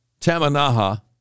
Tamanaha